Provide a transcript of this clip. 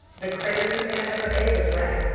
the craziest thing i ever ate was rat.